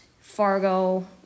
Fargo